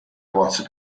parts